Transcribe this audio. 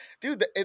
dude